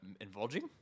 involving